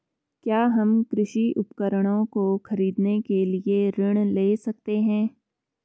क्या हम कृषि उपकरणों को खरीदने के लिए ऋण ले सकते हैं?